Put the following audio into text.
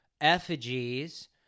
effigies